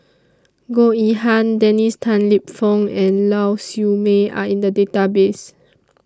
Goh Yihan Dennis Tan Lip Fong and Lau Siew Mei Are in The Database